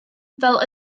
fel